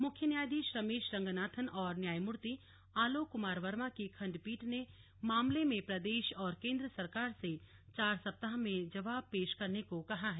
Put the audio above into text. मुख्य न्यायधीश रमेश रंगनाथन और न्यायमूर्ति आलोक कुमार वर्मा की खण्डपीठ ने मामले में प्रदेश और केंद्र सरकार से चार सप्ताह में जवाब पेश करने को कहा है